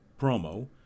promo